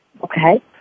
Okay